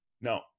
no